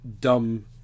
dumb